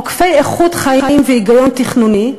עוקפי איכות חיים והיגיון תכנוני,